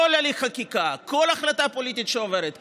כל הליך חקיקה, כל החלטה פוליטית שעוברת כאן,